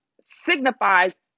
signifies